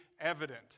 evident